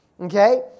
Okay